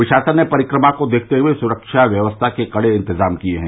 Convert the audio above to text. प्रशासन ने परिक्रमा को देखते हुए सुखा व्यक्स्था के कड़े इंतजाम किये है